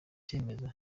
cyemezo